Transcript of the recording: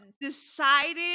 decided